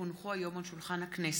כי הונחו היום על שולחן הכנסת,